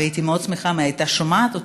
והייתי מאוד שמחה אם הייתה שומעת אותי.